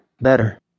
better